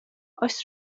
oes